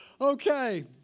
okay